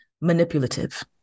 manipulative